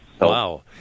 Wow